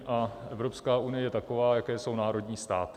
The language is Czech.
A Evropská unie je taková, jaké jsou národní státy.